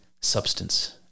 substance